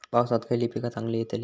पावसात खयली पीका चांगली येतली?